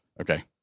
Okay